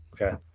Okay